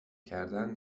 کردن